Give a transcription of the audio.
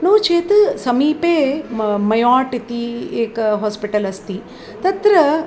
नो चेत् समीपे म मयाट् इति एकं होस्पिटल् अस्ति तत्र